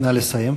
נא לסיים.